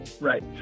Right